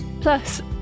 Plus